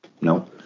No